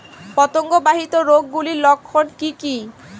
পতঙ্গ বাহিত রোগ গুলির লক্ষণ কি কি?